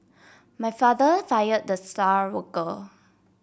my father fire the star worker